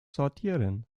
sortieren